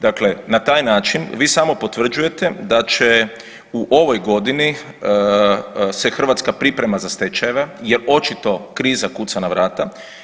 Dakle, na taj način vi samo potvrđujete da će u ovoj godini se Hrvatska priprema za stečajeve, jer očito kriza kuca na vrata.